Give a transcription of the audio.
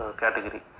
category